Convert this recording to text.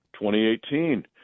2018